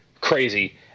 crazy